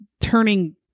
turning